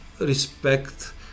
respect